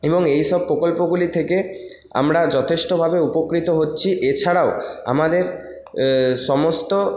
এবং এইসব প্রকল্পগুলি থেকে আমরা যথেষ্টভাবে উপকৃত হচ্ছি এছাড়াও আমাদের সমস্ত